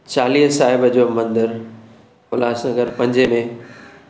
चालीहे साहिब जो मंदरु उल्हास नगर पंजे में